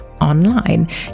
Online